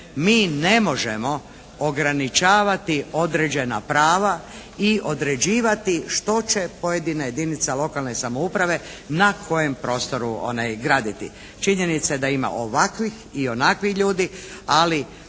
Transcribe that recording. mi ne možemo ograničavati određena prava i određivati što će pojedina jedinica lokalne samouprave na kojem prostoru graditi. Činjenica je da ima ovakvih i onakvih ljudi. Ali,